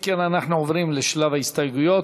אם כן, אנחנו עוברים לשלב ההסתייגויות.